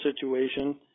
situation